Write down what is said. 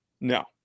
No